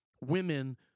women